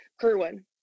Kerwin